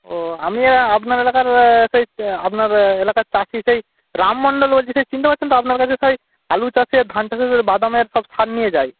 ও আমি আপনার এলাকার সেই আপনার এলাকার চাষি সেই রাম মণ্ডল বলছি সেই চিনতে পারছেন তো আপনার কাছে সেই আলু চাষের ধান চাষের বাদামের সব সার নিয়ে যাই